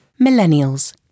Millennials